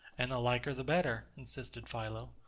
and the liker the better, insisted philo.